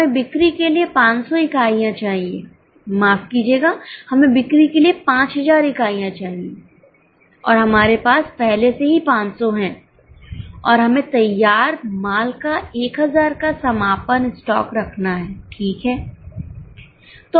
हमें बिक्री के लिए 500 इकाइयाँ चाहिए माफ कीजिएगा हमें बिक्री के लिए 5000 इकाइयां चाहिए और हमारे पास पहले से ही 500 हैं और हमें तैयार माल का 1000 का समापन स्टॉक रखना है ठीक है